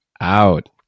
out